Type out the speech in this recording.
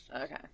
Okay